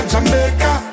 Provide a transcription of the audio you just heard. Jamaica